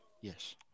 yes